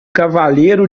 cavaleiro